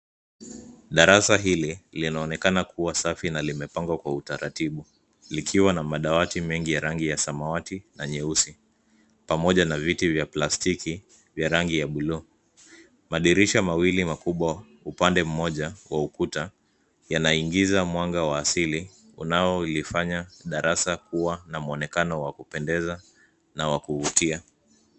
Darasa hili linaonekana kuwa safi na limepangwa kwa utaratibu likiwa na madawati mengi ya rangi ya samawati na nyeusi pamoja na viti vya plastiki vya rangi ya bluu. Madirisha mawili makubwa upande mmoja wa ukuta yanaingiza mwanga wa asili unaolifanya darasa kuwa na mwonekano wa kupendeza na wa kuvutia.